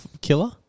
killer